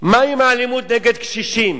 מה עם האלימות נגד קשישים?